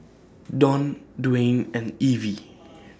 Don Dwane and Evie